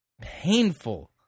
painful